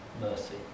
mercy